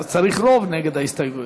ואז צריך רוב נגד ההסתייגויות.